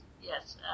yes